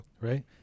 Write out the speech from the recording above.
right